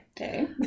Okay